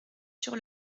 sur